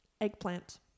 eggplant